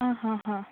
हां हां हां